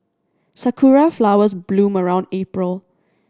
sakura flowers bloom around April